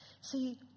See